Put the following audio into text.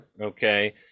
okay